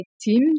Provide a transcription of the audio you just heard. team